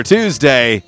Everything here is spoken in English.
Tuesday